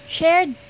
Shared